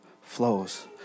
flows